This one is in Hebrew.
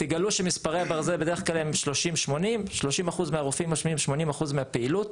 תגלו שמספרי הברזל בדרך כלל הם 30/80. 30% מהרופאים --- 80% מהפעילות.